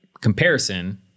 comparison